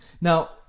Now